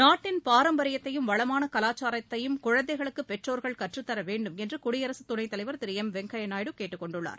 நாட்டின் பாரம்பரியத்தையும் வளமான கலாச்சாரத்தையும் குழந்தைகளுக்கு பெற்றோா்கள் கற்றுத்தர வேண்டும் என்று குடியரசுத் துணைத்தலைவர் திரு எம் வெங்கையா நாயுடு கேட்டுக்கொண்டுள்ளார்